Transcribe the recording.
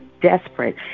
desperate